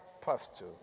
pasture